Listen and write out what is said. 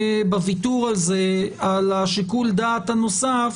בוויתור על שיקול הדעת הנוסף,